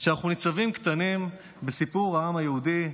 שאנחנו ניצבים קטנים בסיפור העם היהודי,